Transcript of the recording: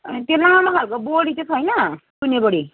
त्यो लामो खालको बोडी चाहिँ छैन तुने बोडी